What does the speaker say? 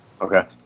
Okay